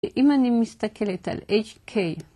אם אני מסתכלת על h, k